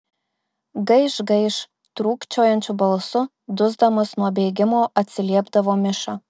gaiš gaiš trūkčiojančiu balsu dusdamas nuo bėgimo atsiliepdavo miša